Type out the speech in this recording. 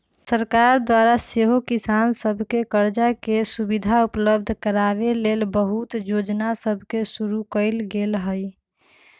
सरकार द्वारा सेहो किसान सभके करजा के सुभिधा उपलब्ध कराबे के लेल बहुते जोजना सभके शुरु कएल गेल हइ